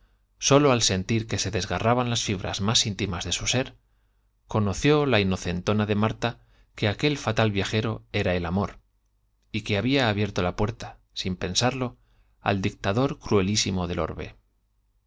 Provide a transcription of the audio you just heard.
de al sentir que se desgarraban las fibras aquel fatal la inocentona de marta que su ser conoció sin era el amor y que había abierto la puerta viajero cruelísirno del orbe